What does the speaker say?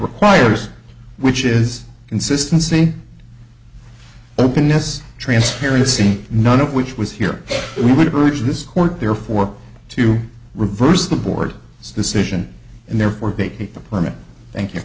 requires which is consistency open has transparency none of which was here we would reach this court therefore to reverse the board decision and therefore make them permanent thank you